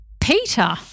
Peter